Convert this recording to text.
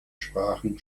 sprachen